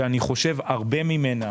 כשאני חושב שהרבה ממנה